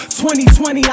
2020